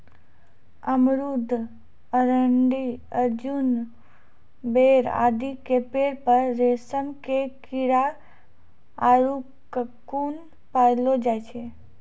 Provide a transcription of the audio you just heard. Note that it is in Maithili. अमरूद, अरंडी, अर्जुन, बेर आदि के पेड़ पर रेशम के कीड़ा आरो ककून पाललो जाय छै